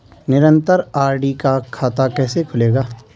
निरन्तर आर.डी का खाता कैसे खुलेगा?